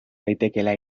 daitekeela